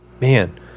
Man